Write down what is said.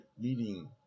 leading